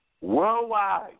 worldwide